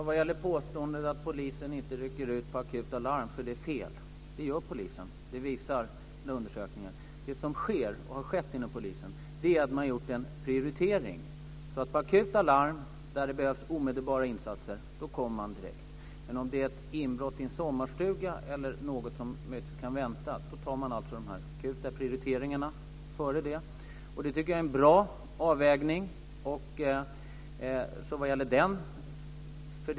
Fru talman! Påståendet att polisen inte rycker ut på akuta larm är felaktigt. Undersökningen visar att polisen gör det. Det som sker och har skett inom polisen är att man har gjort en prioritering. På akuta larm, då det behövs omedelbara insatser, kommer man direkt, men om det är ett inbrott i en sommarstuga eller något annat som kan vänta, gör man en akut prioritering. Jag tycker att det är en bra avvägning.